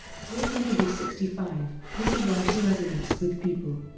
three hundred and sixty five, this is why she resonates with people,